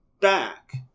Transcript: back